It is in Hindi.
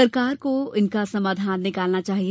सरकार को इनका समाधान निकालना चाहिए